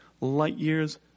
light-years